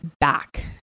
back